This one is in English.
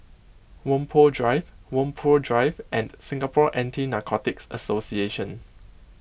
Whampoa Drive Whampoa Drive and Singapore Anti Narcotics Association